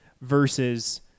versus